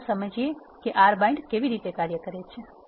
ચાલો સમજાવીએ કે R bind કેવી રીતે કાર્ય કરે છે